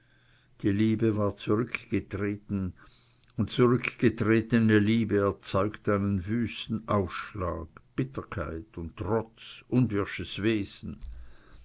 die liebe war zurückgetreten und zurückgetretene liebe erzeugt einen wüsten ausschlag bitterkeit und trotz unwirsches wesen